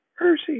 mercy